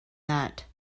that